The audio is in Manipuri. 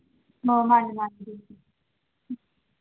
ꯑ ꯃꯥꯅꯦ ꯃꯥꯅꯦ